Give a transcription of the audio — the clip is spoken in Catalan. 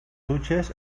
dutxes